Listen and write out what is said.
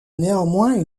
néanmoins